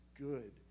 good